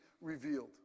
revealed